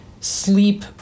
sleep